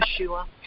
Yeshua